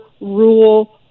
rule